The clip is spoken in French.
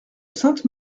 sainte